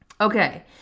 Okay